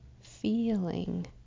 feeling